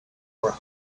were